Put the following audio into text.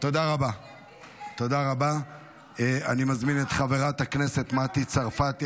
עכשיו אני אדפיס כסף,